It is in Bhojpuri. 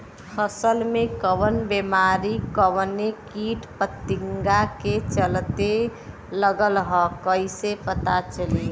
फसल में कवन बेमारी कवने कीट फतिंगा के चलते लगल ह कइसे पता चली?